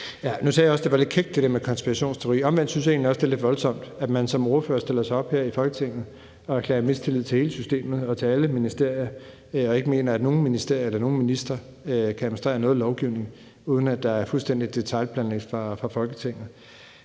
Nu sagde jeg også, at det der med konspirationsteorien var lidt kækt. Omvendt synes jeg egentlig også, det er lidt voldsomt, at man som ordfører stiller sig op her i Folketinget og udtrykker mistillid til hele systemet og til alle ministerier og ikke mener, at nogen ministerier eller nogen ministre kan administrere noget lovgivning, uden at der er fuldstændig detailplanlægning fra Folketingets